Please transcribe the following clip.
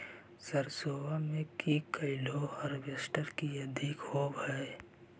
सरसोबा मे की कैलो हारबेसटर की अधिक होब है?